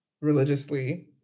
religiously